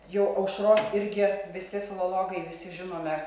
jau aušros irgi visi filologai visi žinome